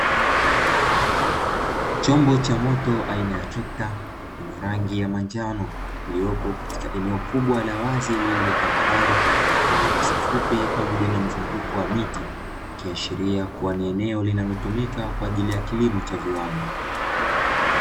Chombo cha moto aina ya trekta, yenye rangi ya manjano; iliyopo katika eneo kubwa la wazi lililo tambarare; lenye nyasi fupi pamoja na mzunguko wa miti, ikiashiria kuwa ni eneo linalotumika kwa ajili ya kilimo cha viwanda.